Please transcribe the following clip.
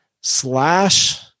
slash